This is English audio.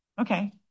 okay